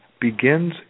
begins